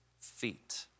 feet